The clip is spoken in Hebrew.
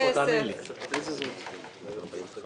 צריך את משרד האוצר כדי לשחרר כסף.